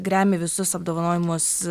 gremi visus apdovanojimus